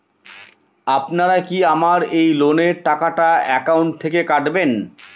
আপনারা কি আমার এই লোনের টাকাটা একাউন্ট থেকে কাটবেন?